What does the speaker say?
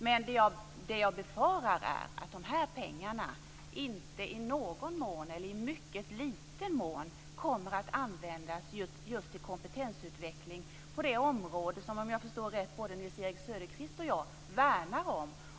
Men det som jag befarar är att dessa pengar inte i någon mån, eller i mycket liten mån, kommer att användas just till kompetensutveckling på det område som, om jag förstår rätt, både Nils-Erik Söderqvist och jag värnar.